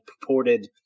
purported